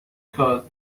خواد